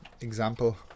example